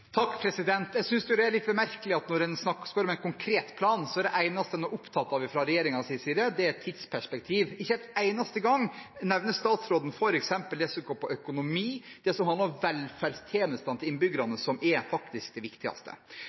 Jeg synes det er litt merkelig at når en spør om en konkret plan, er det eneste en er opptatt av fra regjeringens side, et tidsperspektiv. Ikke en eneste gang nevner statsråden f.eks. det som går på økonomi, og det som handler om velferdstjenestene til innbyggerne, som faktisk er det viktigste.